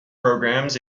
programs